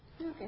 Okay